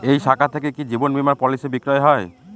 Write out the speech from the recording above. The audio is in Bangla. এই শাখা থেকে কি জীবন বীমার পলিসি বিক্রয় হয়?